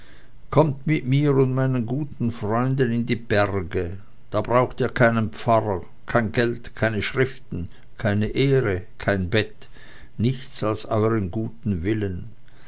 kommt mit mir und meinen guten freunden in die berge da brauchet ihr keinen pfarrer kein geld keine schriften keine ehre kein bett nichts als euern guten willen